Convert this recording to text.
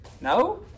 no